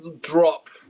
drop